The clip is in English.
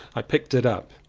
i picked it up.